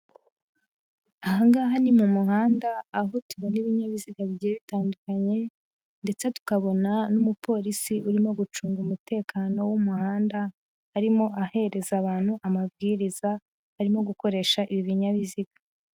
Aha ngaha ni mu muhanda aho tubona ibinyabiziga bigiye bitandukanye ndetse tukabona n'umupolisi urimo gucunga umutekano w'umuhanda, arimo ahereza abantu amabwiriza barimo gukoresha ibi binyabiziga.